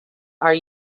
are